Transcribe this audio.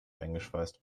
eingeschweißt